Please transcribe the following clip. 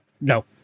No